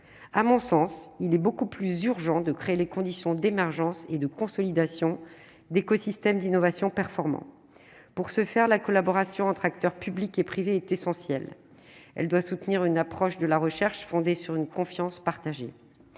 à mon sens, il est beaucoup plus urgent de créer les conditions d'émergence et de consolidation d'écosystèmes d'innovation performant pour ce faire, la collaboration entre acteurs publics et privés est essentielle, elle doit soutenir une approche de la recherche, fondée sur une confiance partagée,